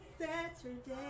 Saturday